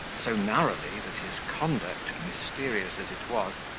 so narrowly, that his conduct, mysterious as it was,